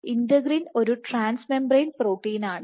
integrin ഒരു transmembrane protein ആണ്